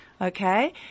Okay